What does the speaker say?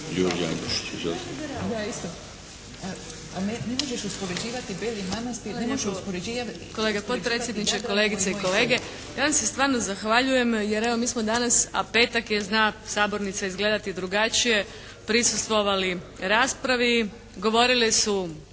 kolega potpredsjedniče, kolegice i kolege. Ja vam se stvarno zahvaljujem jer mi smo danas a petak je, zna sabornica izgledati i drugačije prisustvovali raspravi. Govorile su